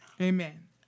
Amen